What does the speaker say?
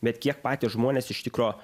bet kiek patys žmonės iš tikro